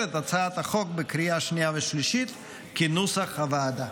את הצעת החוק בקריאה שנייה ושלישית כנוסח הוועדה.